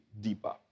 deeper